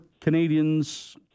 Canadians